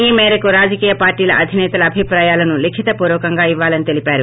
ఈ మేరకు రాజకీయ పార్వీల అధిసేతల అభిప్రాయాలను లీఖిత పూర్వకంగా ఇవ్యాలని తెలిపారు